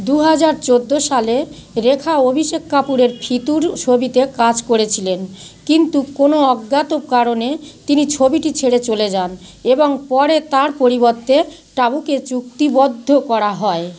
দু হাজার চৌদ্দ সালে রেখা অভিষেক কাপুরের ফিতুর ছবিতে কাজ করেছিলেন কিন্তু কোনো অজ্ঞাত কারণে তিনি ছবিটি ছেড়ে চলে যান এবং পরে তার পরিবর্তে টাবুকে চুক্তিবদ্ধ করা হয়